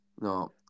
No